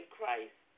Christ